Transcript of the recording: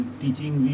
teaching